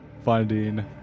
finding